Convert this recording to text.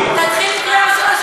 תתחיל עם קריאה ראשונה,